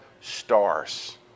stars